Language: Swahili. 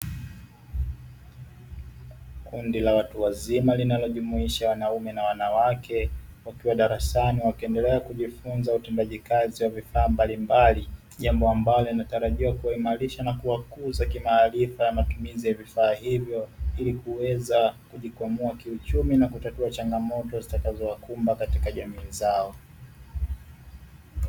Kundi la watu wazima, linalojumuisha wanume na wanawake, wakiwa darasani wakiendelea kujifunza utendaji kazi wa vifaa mbalimbali. Jambo ambalo linatarajiwa kuwaimarisha na kuwakuza kimaarifa ya matumizi ya vifaa hivyo, ili kuweza kujikwamua kiuchumi na kutatatua changamoto zitakazowakumba kwenye jamii zao.